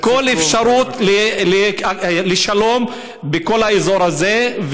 כל אפשרות לשלום בכל האזור הזה,